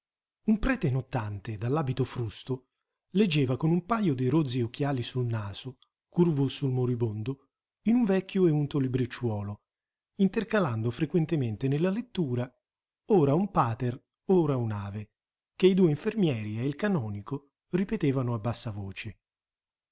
un prete nottante dall'abito frusto leggeva con un pajo di rozzi occhiali sul naso curvo sul moribondo in un vecchio e unto libricciuolo intercalando frequentemente nella lettura ora un pater ora un'ave che i due infermieri e il canonico ripetevano a bassa voce